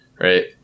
right